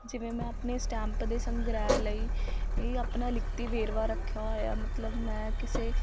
ਕਿਵੇਂ ਮੈਂ ਆਪਣੇ ਸਟੈਂਪ ਦੇ ਸੰਗ੍ਰਹਿ ਲਈ ਇਹ ਆਪਣਾ ਲਿਖਤੀ ਵੇਰਵਾ ਰੱਖਿਆ ਹੋਇਆ ਮਤਲਬ ਮੈਂ ਕਿਸੇ